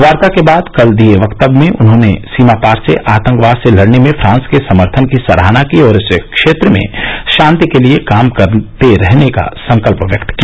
वार्ता के बाद कल दिये वक्तव्य में उन्होंने सीमा पार से आतंकवाद से लड़ने में फ्रांस के समर्थन की सराहना की और इस क्षेत्र में शांति के लिए काम करते रहने का संकल्प व्यक्त किया